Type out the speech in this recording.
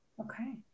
Okay